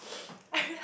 I realise